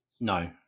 no